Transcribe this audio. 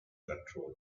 control